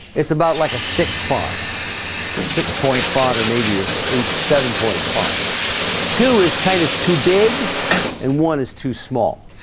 it's about like a six font six point font or maybe is eight seven point fun too is kind of too big and one is too small